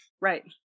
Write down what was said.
Right